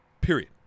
Period